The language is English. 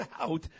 out –